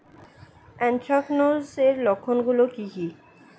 Anthracnose এর লক্ষণ গুলো কি কি?